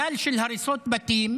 גל של הריסות בתים,